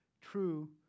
true